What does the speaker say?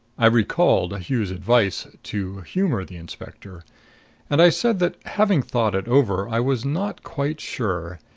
i recalled hughes' advice to humor the inspector and i said that, having thought it over, i was not quite sure.